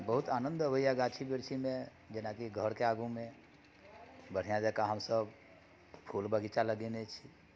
बहुत आनंद अबैया गाछी वृक्षीमे जेना कि घरके आगूमे बढ़िआँ जकाँ हम सभ फूल बगीचा लगेने छी